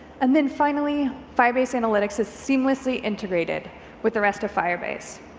and then finally, firebase analytics is seamlessly integrate ed with the rest of firebase,